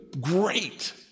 great